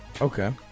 Okay